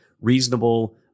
reasonable